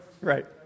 Right